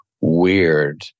weird